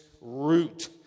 root